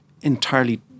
entirely